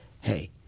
Hey